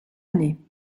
année